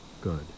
good